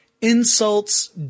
insults